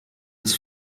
des